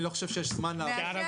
אני לא חושב שיש זמן --- מאשרת,